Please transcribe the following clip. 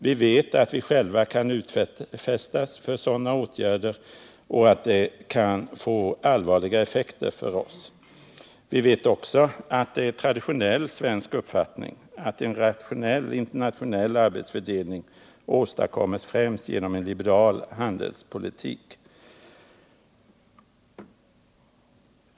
Vi vet att vi själva kan utsättas för sådana åtgärder och att de kan få allvarliga effekter för oss. Vi vet också — och det är en traditionell svensk uppfattning — att en rationell internationell arbetsfördelning åstadkommes främst genom en liberal handelspolitik.